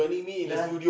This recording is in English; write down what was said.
ya